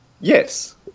yes